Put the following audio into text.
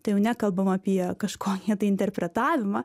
tai jau nekalbama apie kažkokią tai interpretavimą